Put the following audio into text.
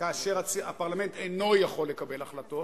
כאשר הפרלמנט אינו יכול לקבל החלטות",